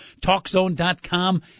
talkzone.com